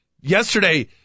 yesterday